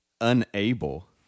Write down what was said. unable